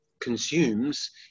consumes